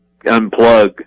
unplug